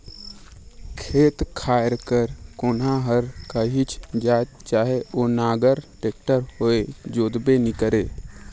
खेत खाएर कर कोनहा हर काहीच जाएत चहे ओ नांगर, टेक्टर होए जोताबे नी करे